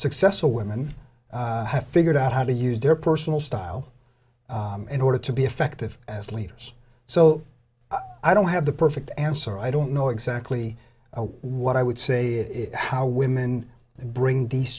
successful women have figured out how to use their personal style in order to be effective as leaders so i don't have the perfect answer i don't know exactly what i would say if how women bring these